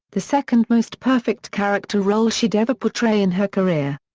the second most perfect character role she'd ever portray in her career.